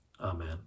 Amen